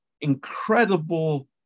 incredible